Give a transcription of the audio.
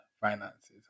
finances